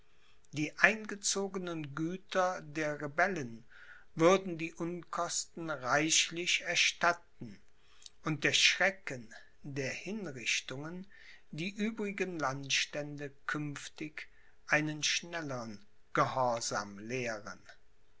die eingezogenen güter der rebellen würden die unkosten reichlich erstatten und der schrecken der hinrichtungen die übrigen landstände künftig einen schnellern gehorsam lehren